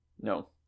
No